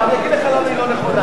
אני אגיד לך למה היא לא נכונה.